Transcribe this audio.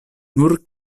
nur